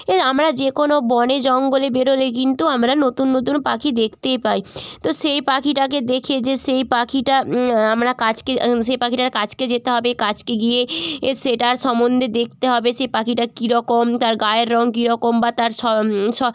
এই আমরা যে কোনো বনে জঙ্গলে বেরোলে কিন্তু আমরা নতুন নতুন পাখি দেখতেই পাই তো সেই পাখিটাকে দেখে যে সেই পাখিটা আমরা কাছকে সেই পাখিটার কাছকে যেতে হবে কাছকে গিয়ে এ সেটার সমন্ধে দেখতে হবে সেই পাখিটা কী রকম তার গায়ের রঙ কী রকম বা তার সমস